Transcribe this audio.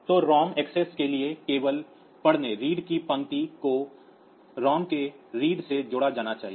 तो ROM access के लिए केवल पढ़ने की पंक्ति को ROM के पढ़ने से जोड़ा जाना चाहिए